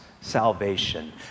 salvation